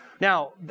Now